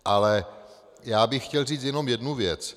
Ale já bych chtěl říct jenom jednu věc.